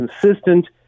consistent